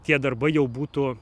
tie darbai jau būtų